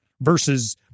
versus